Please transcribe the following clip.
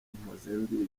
mpozembizi